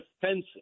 defensive